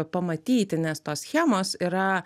pamatyti nes tos schemos yra